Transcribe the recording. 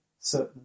certain